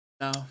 no